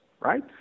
right